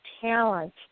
talent